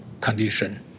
condition